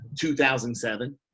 2007